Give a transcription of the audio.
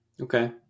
Okay